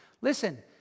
Listen